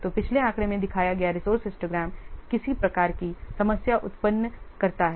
तो पिछले आंकड़े में दिखाया गया रिसोर्से हिस्टोग्राम किसी प्रकार की समस्या उत्पन्न करता है